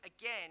again